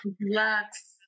relax